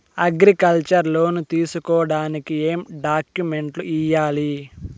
Agriculture loan తీసుకోడానికి ఏం డాక్యుమెంట్లు ఇయ్యాలి?